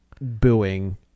booing